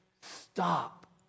stop